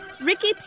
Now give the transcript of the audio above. ricky